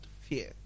fear